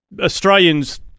Australians